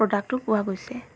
প্ৰডাক্টটো পোৱা গৈছে